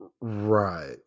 right